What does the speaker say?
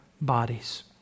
bodies